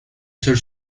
seul